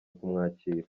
kumwakira